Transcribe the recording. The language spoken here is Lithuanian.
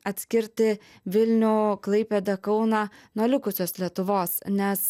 atskirti vilnių klaipėdą kauną nuo likusios lietuvos nes